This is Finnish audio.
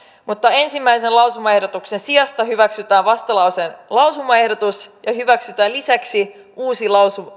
mutta ensimmäisen lausumaehdotuksen sijasta hyväksytään vastalauseen lausumaehdotus ja hyväksytään lisäksi uusi